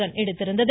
run எடுத்திருந்தது